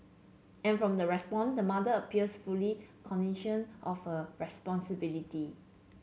and from the the mother appears fully of her responsibility